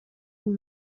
who